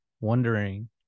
wondering